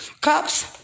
Cops